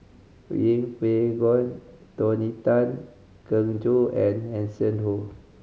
Yeng Pway Ngon Tony Tan Keng Joo and Hanson Ho